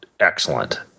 Excellent